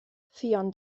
ffion